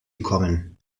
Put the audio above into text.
gekommen